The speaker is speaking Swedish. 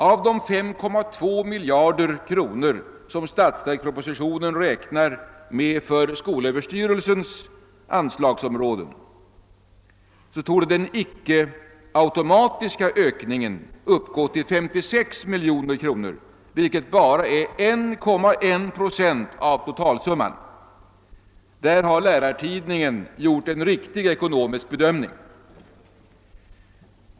Av de 5,2 miljarder kronor, som det i statsverkspropositionen räknas med för skolöverstyrelsens anslagsområde, torde den icke-automatiska ökningen uppgå till 56 miljoner kronor, vilket bara är 1,1 procent av totalsumman. Här har Lärartidningen gjort en riktig ekonomisk bedömning.